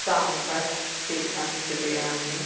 sambar chicken biryani